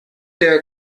der